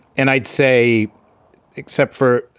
and i'd say except for,